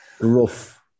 Rough